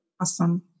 Awesome